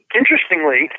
interestingly